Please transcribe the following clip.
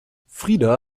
frida